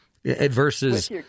versus